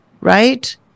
right